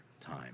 time